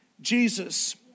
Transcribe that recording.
Jesus